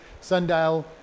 sundial